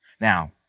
Now